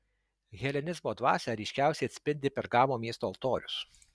helenizmo dvasią ryškiausiai atspindi pergamo miesto altorius